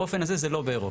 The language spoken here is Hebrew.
באופן הזה זה לא באירופה.